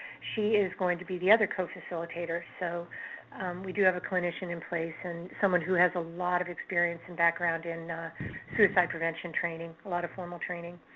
she is going to be the other co-facilitator. so we do have a clinician in place and someone who has a lot of experience and background in suicide prevention training, a lot of formal training.